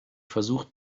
versucht